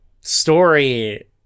story